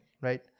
right